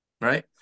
right